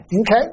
Okay